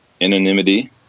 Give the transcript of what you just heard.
anonymity